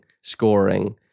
scoring